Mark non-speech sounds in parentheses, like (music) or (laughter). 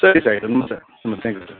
ಸರಿ ಸರ್ (unintelligible) ಹ್ಞೂ thank you sir